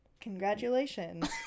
congratulations